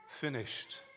finished